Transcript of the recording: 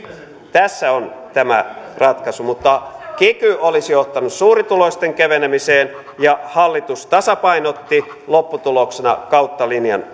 tässä on tämä ratkaisu kiky olisi ottanut suurituloisten keventämisen ja hallitus tasapainotti lopputuloksena kautta linjan